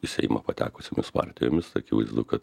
į seimą patekusiomis partijomis akivaizdu kad